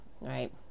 right